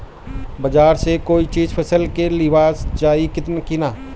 बाजार से कोई चीज फसल के लिहल जाई किना?